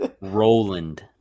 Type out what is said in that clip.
Roland